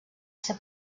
ser